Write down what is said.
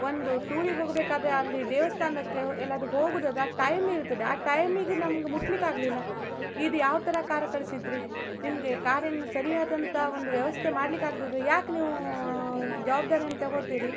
ಒಂದು ಟೂರಿಗೆ ಹೋಗಬೇಕಾದ್ರೆ ಅಲ್ಲಿ ದೇವಸ್ಥಾನಕ್ಕೆ ಎಲ್ಲಾದರೂ ಹೋಗೋದಾದ್ರೆ ಆ ಟೈಮ್ ಇರುತ್ತದೆ ಆ ಟೈಮಿಗು ನಮ್ಗೆ ಮುಟ್ಲಿಕಾಗಲಿಲ್ಲ ಇದು ಯಾವ ಥರ ಕಾರ್ ಕಳಿಸಿದ್ರಿ ನಿಮಗೆ ಕಾರಿನ ಸರಿಯಾದಂಥ ಒಂದು ವ್ಯವಸ್ಥೆ ಮಾಡಲಿಕ್ಕಾಗ್ದಿದ್ರೆ ಯಾಕೆ ನೀವು ಜವಾಬ್ದಾರಿಯನ್ನು ತಗೋತೀರಿ